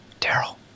Daryl